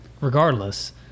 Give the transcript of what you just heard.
regardless